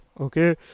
okay